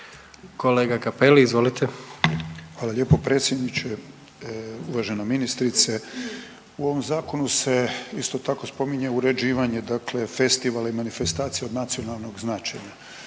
**Cappelli, Gari (HDZ)** Hvala lijepa predsjedniče. Uvažena ministrice u ovom zakonu se isto tako spominje uređivanje dakle festivala i manifestacije od nacionalnog značaja,